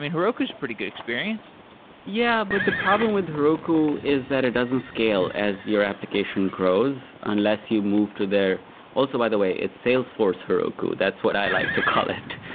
heroku is pretty good experience yeah. but the problem with heroku is that it doesn't scale as your application grows, unless you move to there also by the way, it's salesforce heroku. that's what i like to call it.